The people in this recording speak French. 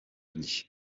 unis